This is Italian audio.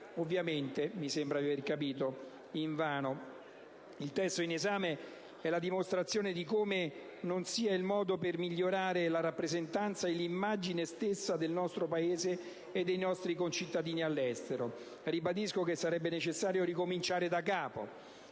Ovviamente invano! Il testo in esame è la dimostrazione di come questo non sia il modo per migliorare la rappresentanza e l'immagine stessa del nostro Paese e dei nostri concittadini all'estero. Ribadisco che sarebbe necessario ricominciare da capo